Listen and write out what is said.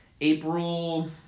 April